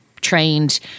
trained